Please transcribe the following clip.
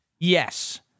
Yes